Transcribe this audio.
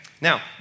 Now